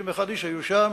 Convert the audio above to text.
61 איש היו שם,